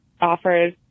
offers